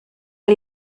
der